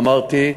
ואמרתי,